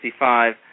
1965